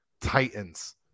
titans